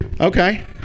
okay